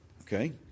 Okay